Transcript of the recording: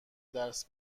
درس